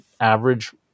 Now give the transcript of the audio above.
average